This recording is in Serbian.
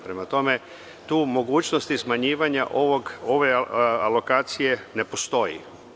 Prema tome, tu mogućnosti smanjivanja ove lokacije ne postoji.